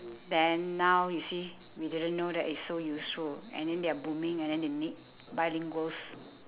then now you see we didn't know that it's so useful and then they're booming and then they need bilingual s~